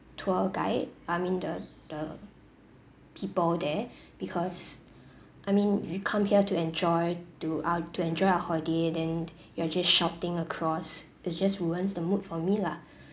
tour guide I mean the the people there because I mean we come here to enjoy to uh to enjoy our holiday then you're just shouting across it just ruins the mood for me lah